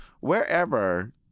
wherever